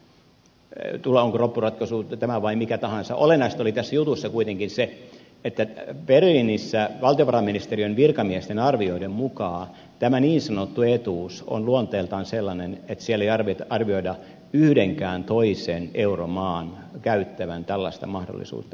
on loppuratkaisu sitten tämä tai mikä tahansa olennaista oli tässä jutussa kuitenkin se että berliinissä valtiovarainministeriön virkamiesten arvioiden mukaan tämä niin sanottu etuus on luonteeltaan sellainen että siellä ei arvioida yhdenkään toisen euromaan käyttävän tällaista mahdollisuutta hyväkseen